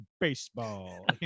baseball